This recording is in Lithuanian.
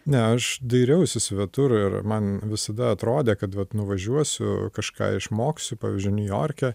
ne aš dairiausi svetur ir man visada atrodė kad vat nuvažiuosiu kažką išmoksiu pavyzdžiui niujorke